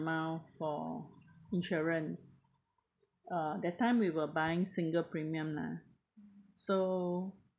~mount for insurance uh that time we were buying single premium lah so